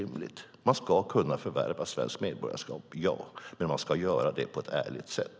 Man ska kunna förvärva svenskt medborgarskap - ja. Men man ska göra det på ett ärligt sätt.